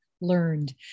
learned